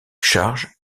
charge